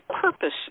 purpose